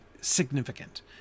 significant